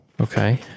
Okay